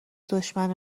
دشمن